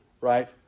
right